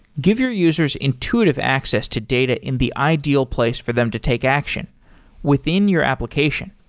give your users intuitive access to data in the ideal place for them to take action within your application.